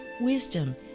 Wisdom